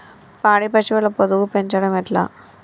పాడి పశువుల పొదుగు పెంచడం ఎట్లా?